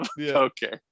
okay